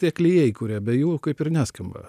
tie klijai kurie be jų kaip ir neskamba